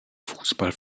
fußball